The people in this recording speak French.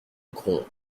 gronde